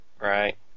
Right